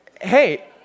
Hey